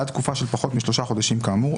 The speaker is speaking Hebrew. בעד תקופה של פחות משלושה חודשים כאמור,